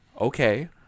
okay